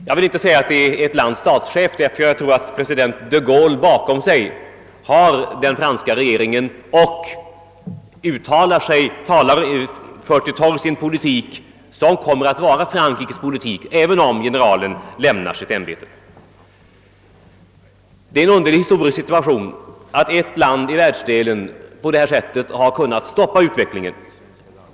Jag vill inte säga att det är ett lands statschef som gör det, ty jag tror att president de Gaulle har den franska regeringen bakom sig och att han för en politik som kommer att vara Frankrikes även när han lämnar sitt ämbete. Det är en underlig historisk situation att ett land i världsdelen på detta sätt har kunnat stoppa utvecklingen.